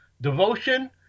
devotion